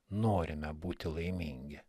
norime būti laimingi